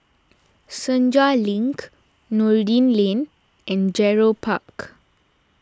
Senja Link Noordin Lane and Gerald Park